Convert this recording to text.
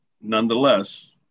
nonetheless